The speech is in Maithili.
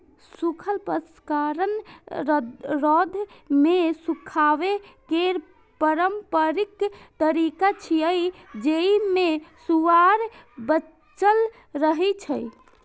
सूखल प्रसंस्करण रौद मे सुखाबै केर पारंपरिक तरीका छियै, जेइ मे सुआद बांचल रहै छै